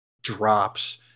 drops